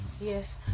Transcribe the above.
yes